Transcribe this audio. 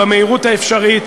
במהירות האפשרית,